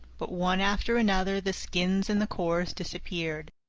but, one after another, the skins and the cores disappeared.